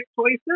choices